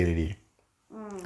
mm